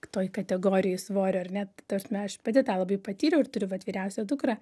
toj kategorijoj svorio ar ne ta prasme aš pati tą labai patyriau ir turiu vat vyriausią dukrą